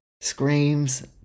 screams